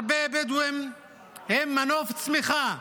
הרבה בדואים הם מנוף צמיחה,